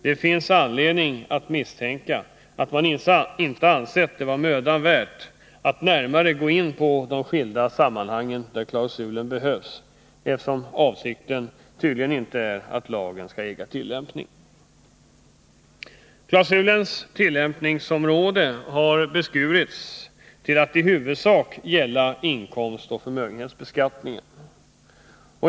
Det finns anledning att misstänka att man inte ansett det vara mödan värt att närmare gå in på de skilda sammanhang där klausulen behövs, eftersom avsikten tydligen inte är att lagen skall äga tillämpning. Klausulens tillämpningsområde har beskurits till att i huvudsak gälla inkomstoch förmögenhetsbeskattningen.